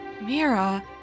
Mira